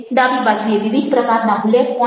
ડાબી બાજુએ વિવિધ પ્રકારના બુલેટ પોઇન્ટ છે